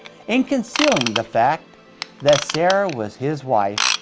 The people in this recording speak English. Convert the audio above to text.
in concealing the fact that sarah was his wife,